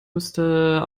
müsste